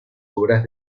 obras